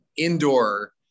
indoor